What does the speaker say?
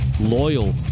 loyal